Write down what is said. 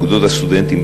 אגודות הסטודנטים,